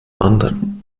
anderen